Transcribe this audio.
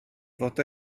fod